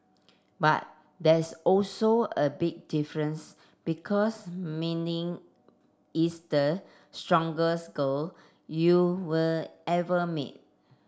but there's also a big difference because Mindy is the strongest girl you will ever meet